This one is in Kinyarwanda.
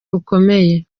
bukomeye